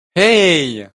hey